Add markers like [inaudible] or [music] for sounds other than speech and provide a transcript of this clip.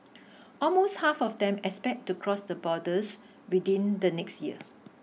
[noise] almost half of them expect to cross the borders within the next year